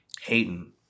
Hayden